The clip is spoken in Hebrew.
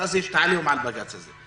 ואז יש את ה"עליהום" על הבג"צ הזה.